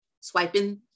swiping